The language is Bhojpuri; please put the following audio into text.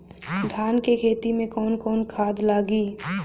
धान के खेती में कवन कवन खाद लागी?